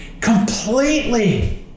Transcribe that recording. completely